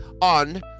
on